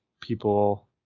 people